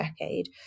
decade